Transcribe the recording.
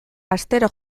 astero